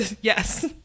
Yes